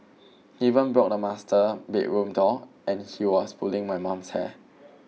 he even broke the master bedroom door and he was pulling my mum's hair